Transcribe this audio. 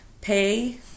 pay